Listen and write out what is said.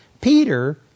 Peter